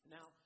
Now